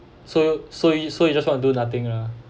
so so you so you just want to do nothing lah